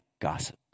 gossip